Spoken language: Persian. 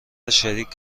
شریک